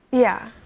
yeah.